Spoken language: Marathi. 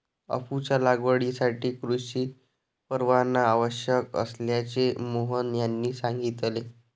अफूच्या लागवडीसाठी कृषी परवाना आवश्यक असल्याचे मोहन यांनी सांगितले